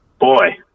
boy